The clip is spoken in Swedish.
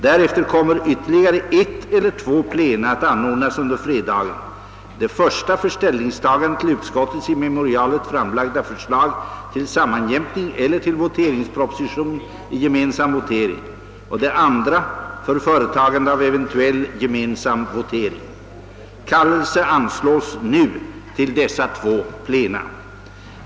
Därefter kommer ytterligare ett eller två plena att anordnas under fredagen, det första för ställningstagande till utskottets i memorialet framlagda förslag till sammanjämkning eller till voteringsproposition i gemensam votering och det andra för företagande av eventuell gemensam votering. Kallelse anslås nu till dessa två plena.